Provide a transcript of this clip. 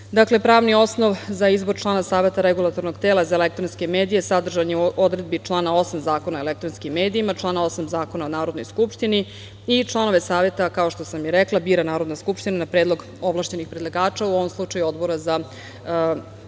pravni osnov za izbor člana Saveta Regulatornog tela za elektronske medije sadržan je u odredbi člana 8. Zakona o elektronskim medijama, člana 8. Zakona o Narodnoj skupštini i članove Saveta, kao što sam i rekla, bira Narodna skupština, na predlog ovlašćenih predlagača, u ovom slučaju Odbora za kulturu i